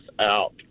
out